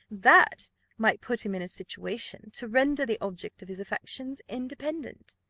that might put him in a situation to render the object of his affections independent.